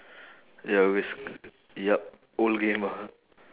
ya risk yup old game ah